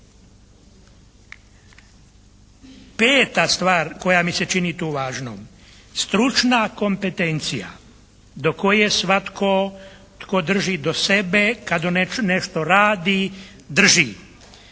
Peta stvar koja mi se čini tu važnom stručna kompetencija do koje svatko tko drži do sebe kada nešto radi drži